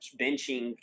benching